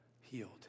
healed